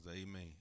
amen